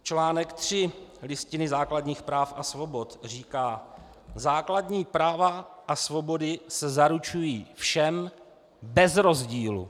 Článek 3 Listiny základních práv a svobod říká: Základní práva a svobody se zaručují všem bez rozdílu.